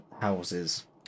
houses